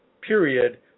period